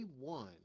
one